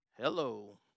hello